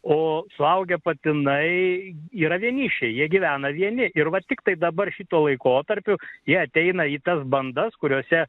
o suaugę patinai yra vienišiai jie gyvena vieni ir va tiktai dabar šituo laikotarpiu jie ateina į tas bandas kuriose